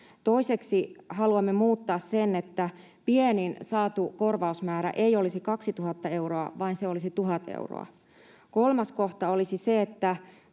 Toiseksi haluamme muuttaa sen, että pienin saatu korvausmäärä ei olisi 2 000 euroa, vaan se olisi 1 000 euroa. Kolmas kohta olisi se, että